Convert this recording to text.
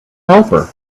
helper